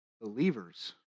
Believers